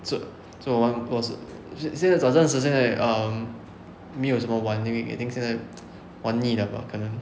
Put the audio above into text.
做做完我现现在早上时间而已 um 没有什么玩因为已经现在 玩腻了吧可能